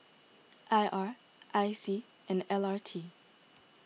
I R I C and L R T